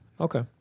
Okay